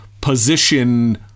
position